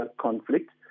conflict